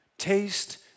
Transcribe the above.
Taste